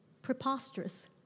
preposterous